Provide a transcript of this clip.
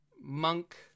monk